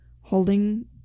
holding